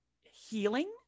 healing